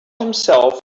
himself